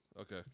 Okay